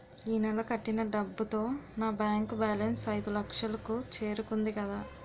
ఈ నెల కట్టిన డబ్బుతో నా బ్యాంకు బేలన్స్ ఐదులక్షలు కు చేరుకుంది కదా